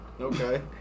Okay